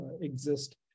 exist